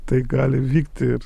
tai gali vykti ir